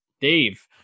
Dave